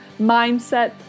mindset